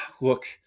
look